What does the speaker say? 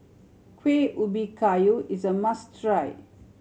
Kueh Ubi Kayu is a must try